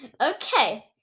okay